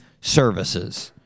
services